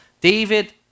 David